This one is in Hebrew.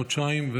חודשיים.